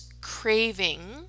craving